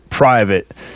Private